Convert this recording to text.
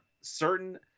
certain